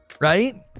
Right